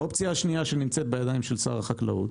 האופציה השנייה שנמצאת בידיים של שר החקלאות